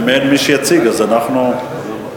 אין לי את הנוסח שהם רוצים.